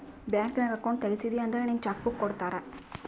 bank ನಾಗ್ account ತೆಗ್ಸಿದಿ ಅಂದುರ್ ನಿಂಗ್ ಚೆಕ್ ಬುಕ್ ಕೊಡ್ತಾರ್